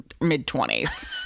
mid-twenties